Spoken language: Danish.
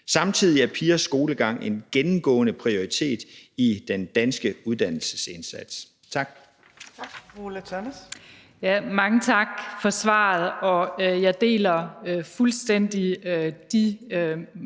Samtidig er pigers skolegang en gennemgående prioritet i den danske uddannelsesindsats.